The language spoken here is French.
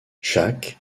jacques